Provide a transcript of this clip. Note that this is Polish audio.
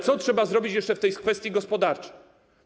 Co trzeba zrobić jeszcze w kwestii gospodarczej?